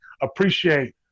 appreciate